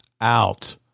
out